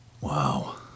Wow